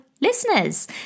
listeners